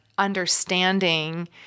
understanding